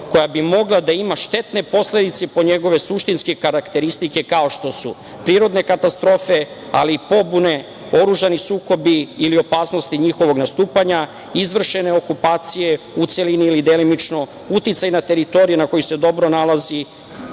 koja bi mogla da ima štetne posledice po njegove suštinske karakteristike, kao što su prirodne katastrofe, ali i pobune, oružani sukobi ili opasnost od njihovog nastupanja, izvršene okupacije u celini ili delimično, uticaj na teritoriji na kojoj se dobro nalazi,